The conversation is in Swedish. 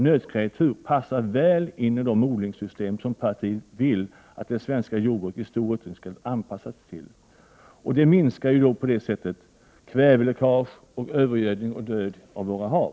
Nötkreatur passar väl in i de odlingssystem som partiet vill att det svenska jordbruket i stor utsträckning skall anpassas till. På så sätt minskas kväveläckage, övergödning och död av våra hav.